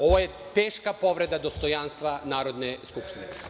Ovo je teška povreda dostojanstva Narodne skupštine.